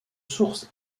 source